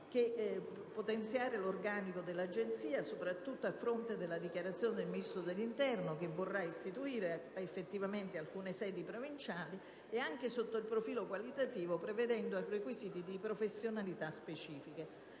potenziare l'organico dell'Agenzia - soprattutto a fronte della dichiarazione del Ministro dell'interno secondo la quale saranno istituite effettivamente alcune sedi provinciali - anche sotto il profilo qualitativo, prevedendo requisiti di professionalità e